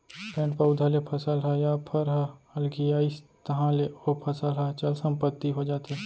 पेड़ पउधा ले फसल ह या फर ह अलगियाइस तहाँ ले ओ फसल ह चल संपत्ति हो जाथे